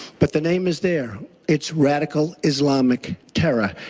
but the name is there. it's radical islamic terror.